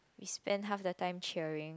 we spend half the time cheering